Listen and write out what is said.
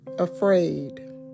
afraid